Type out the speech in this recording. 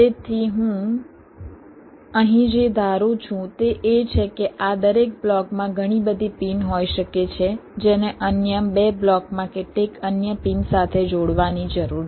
તેથી હું અહીં જે ધારું છું તે એ છે કે આ દરેક બ્લોકમાં ઘણી બધી પિન હોઈ શકે છે જેને અન્ય 2 બ્લોકમાં કેટલીક અન્ય પિન સાથે જોડવાની જરૂર છે